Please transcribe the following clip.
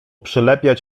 przylepiać